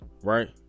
right